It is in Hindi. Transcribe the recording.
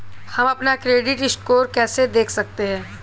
हम अपना क्रेडिट स्कोर कैसे देख सकते हैं?